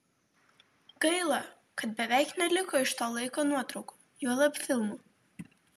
gaila kad beveik neliko iš to laiko nuotraukų juolab filmų